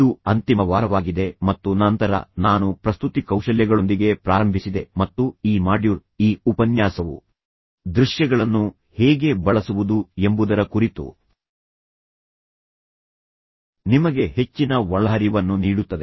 ಇದು ಅಂತಿಮ ವಾರವಾಗಿದೆ ಮತ್ತು ನಂತರ ನಾನು ಪ್ರಸ್ತುತಿ ಕೌಶಲ್ಯಗಳೊಂದಿಗೆ ಪ್ರಾರಂಭಿಸಿದೆ ಮತ್ತು ಈ ಮಾಡ್ಯೂಲ್ ಈ ಉಪನ್ಯಾಸವು ಪ್ರಸ್ತುತಿ ಕೌಶಲ್ಯಗಳ ಕುರಿತು ನಮ್ಮ ಚರ್ಚೆಯನ್ನು ಮುಕ್ತಾಯಗೊಳಿಸುತ್ತದೆ ಇದು ದೃಶ್ಯಗಳನ್ನು ಹೇಗೆ ಬಳಸುವುದು ಎಂಬುದರ ಕುರಿತು ನಿಮಗೆ ಹೆಚ್ಚಿನ ಒಳಹರಿವನ್ನು ನೀಡುತ್ತದೆ